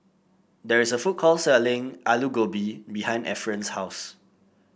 there is a food court selling Alu Gobi behind Efren's house